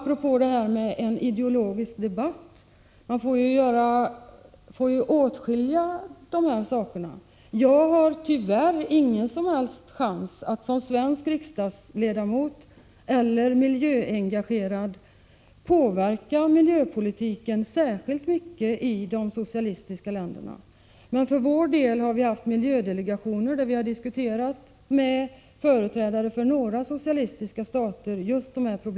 Apropå talet om en ideologisk debatt får man åtskilja dessa olika saker. Jag har tyvärr ingen som helst möjlighet att som svensk riksdagsledamot eller miljöengagerad påverka miljöpolitiken särskilt mycket i de socialistiska länderna. Men för vår del har vi haft miljödelegationer i vilka vi har diskuterat just dessa problem med företrädare för några socialistiska stater.